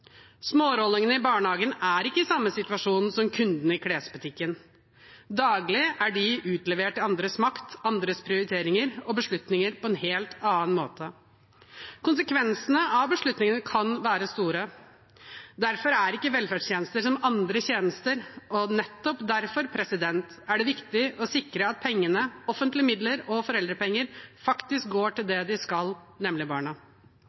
Smårollingene i barnehagen er ikke i samme situasjon som kundene i klesbutikken. Daglig er de utlevert til andres makt, andres prioriteringer og beslutninger på en helt annen måte. Konsekvensene av beslutningene kan være store. Derfor er ikke velferdstjenester som andre tjenester, og nettopp derfor er det viktig å sikre at pengene, offentlige midler og foreldrepenger, faktisk går til det de skal, nemlig barna.